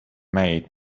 made